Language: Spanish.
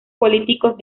políticos